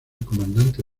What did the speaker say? comandante